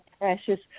precious